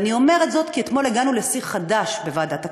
אני אומרת זאת כי אתמול הגענו לשיא חדש בוועדת הכספים.